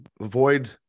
avoid